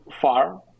far